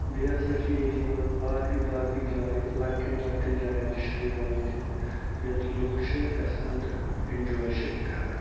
بیٚیہِ ہسا چھُ ییٚتہِ یِوان باقی باقی جایہِ لۄکٹین لۄکٹین جاین تہِ چھُ یِوان ییٚتہِ یوت لُکھ چھِ گژھان تہٕ اٮ۪نجوے چھِ کران